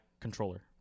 controller